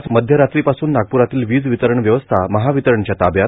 आज मध्यरात्रीपासून नागप्रातील वीज वितरण व्यवस्था महावितरणच्या ताब्यात